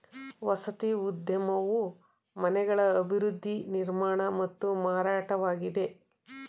ವಸತಿ ಉದ್ಯಮವು ಮನೆಗಳ ಅಭಿವೃದ್ಧಿ ನಿರ್ಮಾಣ ಮತ್ತು ಮಾರಾಟವಾಗಿದೆ